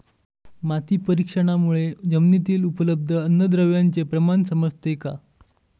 माती परीक्षणामुळे जमिनीतील उपलब्ध अन्नद्रव्यांचे प्रमाण समजते का?